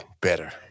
better